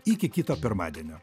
iki kito pirmadienio